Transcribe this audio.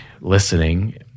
listening